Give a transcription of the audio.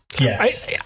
Yes